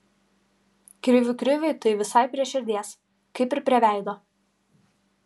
krivių kriviui tai visai prie širdies kaip ir prie veido